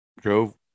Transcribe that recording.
drove